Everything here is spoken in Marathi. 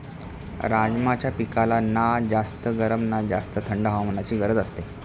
राजमाच्या पिकाला ना जास्त गरम ना जास्त थंड हवामानाची गरज असते